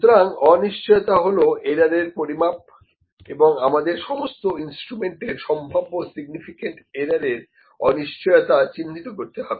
সুতরাং অনিশ্চয়তা হল এরর এর পরিমাপ এবং আমাদের সমস্ত ইন্সট্রুমেন্ট এর সম্ভাব্য সিগনিফিকেন্ট এরর এর অনিশ্চয়তা চিহ্নিত করতে হবে